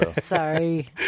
Sorry